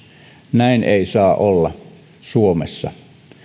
näin ei saa olla suomessa